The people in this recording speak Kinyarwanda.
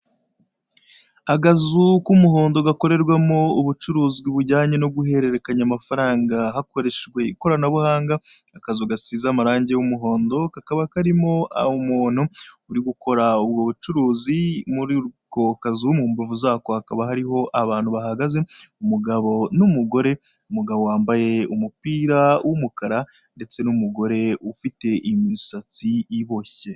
Akazi k'umuhondo gakorerwamo ubucuruzwi bujyanye no guhererekanya amafaranga hakoreshejwe ikoranabuhanga, akazu gasize amarangi y'umuhondo, kakaba karimo umuntu uri gukora ubwo bucuruzi, muri ako kazu, mu mbavu zako hakaba harimo abantu bahagaze, umugabo n'umugore, umugabo wambaye umupira w'umukara ndetse n'umugore ufite imisatsi iboshye.